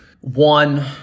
one